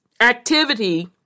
activity